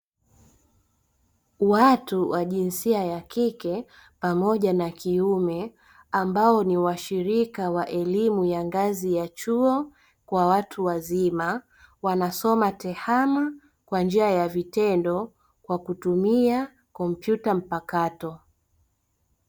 Watu wa jinsia ya kike pamoja na ya kiume ambao ni washirika wa elimu ya ngazi ya chuo kwa watu wazima, wanasoma tehama kwa njia ya vitendo kwa kutumia kompyuta mpakato.